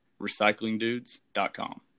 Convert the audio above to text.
recyclingdudes.com